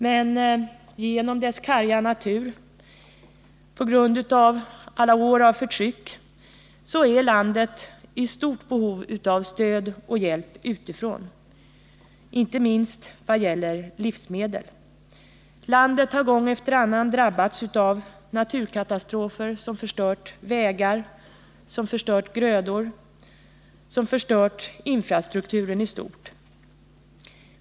Men genom sin karga natur och på grund av alla år av förtryck är landet i stort behov av stöd och hjälp utifrån, inte minst vad gäller livsmedel. Landet har gång efter annan drabbats av naturkatastrofer som förstört vägar, grödor och infrastrukturen i stort.